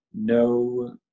no